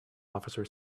officer